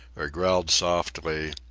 or growled softly,